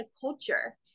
culture